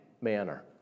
manner